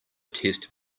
test